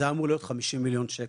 זה היה אמור להיות 50 מיליון שקל.